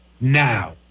now